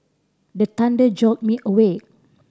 the thunder jolt me awake